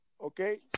Okay